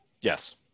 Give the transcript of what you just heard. Yes